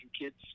kids